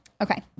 Okay